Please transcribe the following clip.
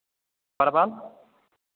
परवल